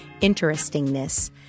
interestingness